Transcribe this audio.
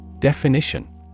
Definition